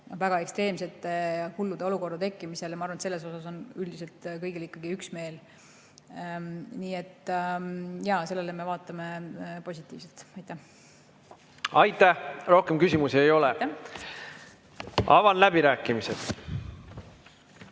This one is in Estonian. väga ekstreemsete ja hullude olukordade [ära hoidmisele], ma arvan, et selles osas on üldiselt kõigil ikkagi üksmeel. Nii et jaa, sellele me vaatame positiivselt. Aitäh! Rohkem küsimusi ei ole. Avan läbirääkimised.